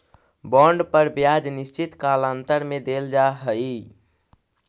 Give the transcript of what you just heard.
bond पर ब्याज निश्चित कालांतर में देल जा हई